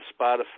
Spotify